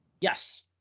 Yes